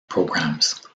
programs